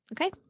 Okay